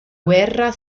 guerra